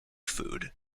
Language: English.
food